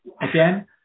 Again